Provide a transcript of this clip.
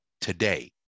today